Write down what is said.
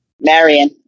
Marion